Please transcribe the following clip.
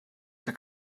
que